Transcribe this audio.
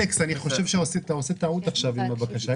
אלכס, אני חושב שאתה עושה טעות עכשיו עם הבקשה.